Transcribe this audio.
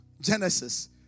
Genesis